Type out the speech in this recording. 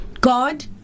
God